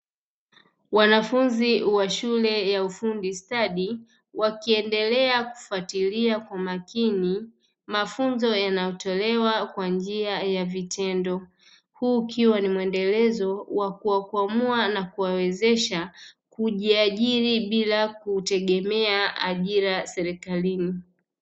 Wanafunzi wa shule ya ufundi stadi, wakiendelea kufuatilia kwa makini mafunzo yanayotolewa kwa njia ya vitendo. Huu ukiwa ni muendelezo wa kuwakwamua na kuwawezesha kujiajiri, bila kutegemea ajira serikalini.